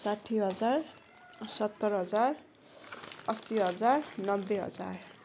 साठ्ठी हजार सत्तर हजार अस्सी हजार नब्बे हजार